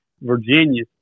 Virginia